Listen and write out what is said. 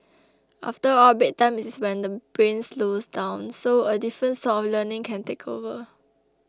after all bedtime is when the brain slows down so a different sort of learning can take over